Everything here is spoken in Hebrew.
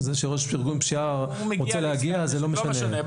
זה שראש ארגון פשיעה רוצה להגיע, זה לא משנה.